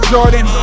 Jordan